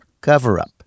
cover-up